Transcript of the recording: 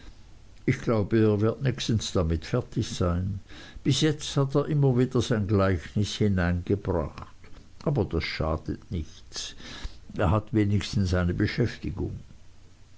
ich glaube er wird nächstens damit fertig sein bis jetzt hat er immer wieder sein gleichnis hineingebracht aber das schadet nichts er hat wenigstens eine beschäftigung